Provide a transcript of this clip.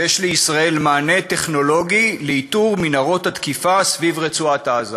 שיש לישראל מענה טכנולוגי לאיתור מנהרות התקיפה סביב רצועת-עזה.